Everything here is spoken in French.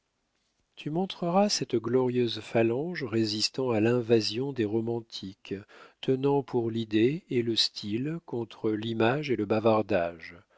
tu montreras cette glorieuse phalange résistant à l'invasion des romantiques tenant pour l'idée et le style contre l'image et le bavardage